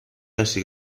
casi